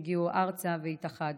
הגיעו ארצה והתאחדנו.